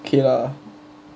okay lah